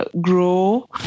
grow